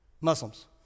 Muslims